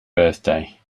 birthday